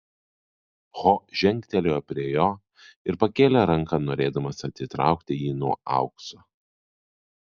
ho žengtelėjo prie jo ir pakėlė ranką norėdamas atitraukti jį nuo aukso